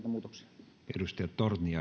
muutoksia arvoisa